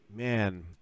Man